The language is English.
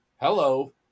Hello